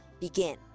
begin